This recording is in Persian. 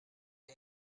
اگه